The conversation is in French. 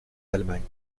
allemagne